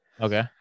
okay